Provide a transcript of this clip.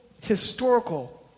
historical